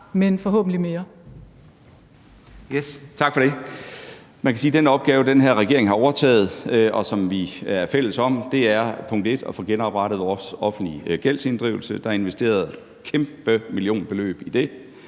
men forhåbentlig af mere.